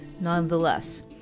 nonetheless